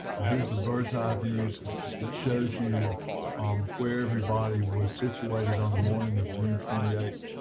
here's a bird's eye view that shows you where everybody was situated. on the morning of june twenty eight,